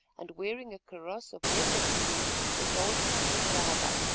and wearing a kaross of leopard skins, was holding an indaba,